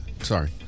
sorry